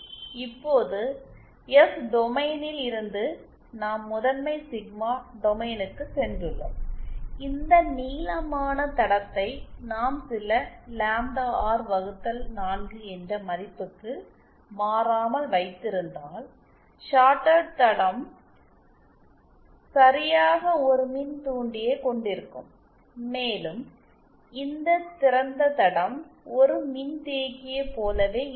இப்போது எஸ் டொமைனில் இருந்து நாம் முதன்மை சிக்மா டொமைனுக்குச் சென்றுள்ளோம் இந்த நீளமான தடத்தை நாம் சில லாம்டா ஆர் வகுத்தல் 4 என்ற மதிப்புக்கு மாறாமல் வைத்திருந்தால் ஷார்டட் தடம் சரியாக ஒருமின்தூண்டியைக் கொண்டிருக்கும் மேலும் இந்த திறந்த தடம் ஒரு மின்தேக்கியைப் போலவே இருக்கும்